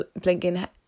blinking